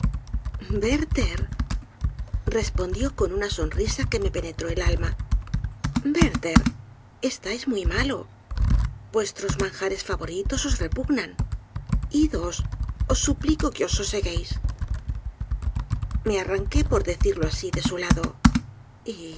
werllier respondió con una sonrisa que me penetró el alma werther estáis muy malo vuestros manjares favoritos os repugnan idos os suplico que os soseguéis me arranqué por decirlo asi de su lado